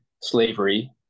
slavery